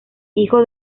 hijo